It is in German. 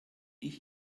ich